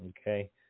Okay